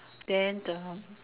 then the